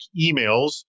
emails